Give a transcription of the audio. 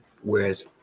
whereas